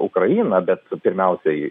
ukraina bet su pirmiausiai